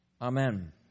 Amen